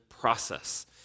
process